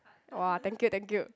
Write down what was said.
!wah! thank you thank you